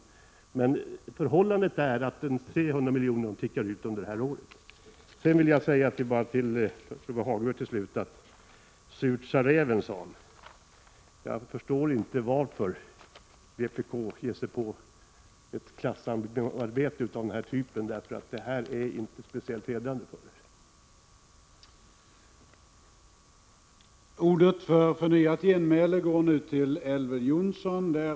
Det verkliga förhållandet är alltså det att 300 milj.kr. kommer att stå till förfogande under det kommande budgetåret. Jag vill till slut rikta mig till Lars-Ove Hagberg, som använder orden ”Surt, sa räven”. Jag förstår inte varför vpk ger sig in på ett klassamarbete av den typ som det här gäller. Detta är inte speciellt hedrande för er.